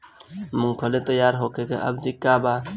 मूँगफली तैयार होखे के अवधि का वा?